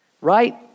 right